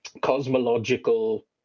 cosmological